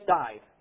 died